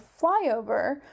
flyover